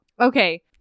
Okay